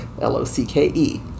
L-O-C-K-E